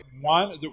One